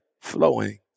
flowing